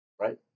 right